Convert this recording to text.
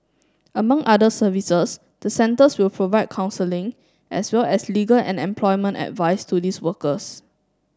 among other services the centres will provide counselling as well as legal and employment advice to these workers